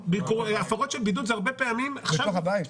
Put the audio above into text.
הפרות של בידוד זה הרבה פעמים --- בתוך הבית?